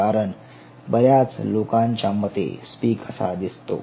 कारण बऱ्याच लोकांच्या मते स्पिक असा दिसतो